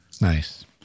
Nice